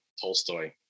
Tolstoy